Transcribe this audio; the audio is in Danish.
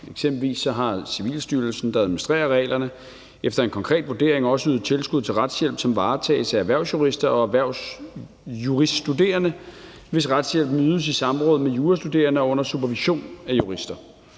Eksempelvis har Civilstyrelsen, der administrerer reglerne, efter en konkret vurdering også ydet et tilskud til retshjælp, som varetages af erhvervsjurister og erhvervsjurastuderende, hvis retshjælpen ydes i samråd med jurastuderende og under supervision af jurister.